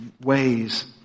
ways